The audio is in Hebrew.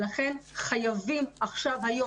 חייבים היום,